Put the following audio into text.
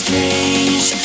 Strange